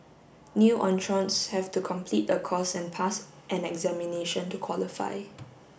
new entrants have to complete a course and pass an examination to qualify